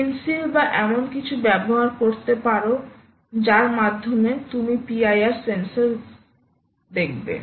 pencil বা এমন কিছু ব্যবহার করতে পারেন যার মাধ্যমে আপনি PIR সেন্সর দেখাবেন